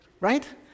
Right